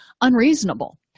unreasonable